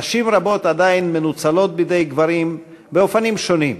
נשים רבות עדיין מנוצלות בידי גברים באופנים שונים.